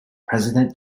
president